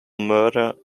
murder